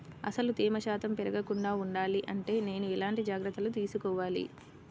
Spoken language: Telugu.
అసలు తేమ శాతం పెరగకుండా వుండాలి అంటే నేను ఎలాంటి జాగ్రత్తలు తీసుకోవాలి?